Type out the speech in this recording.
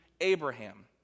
Abraham